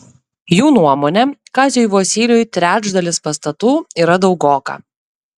jų nuomone kaziui vosyliui trečdalis pastatų yra daugoka